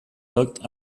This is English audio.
locked